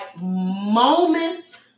moments